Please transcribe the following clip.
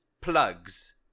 plugs